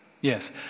Yes